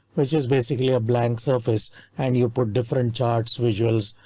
which is basically a blank surface and you put different charts, visuals,